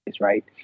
right